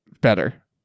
better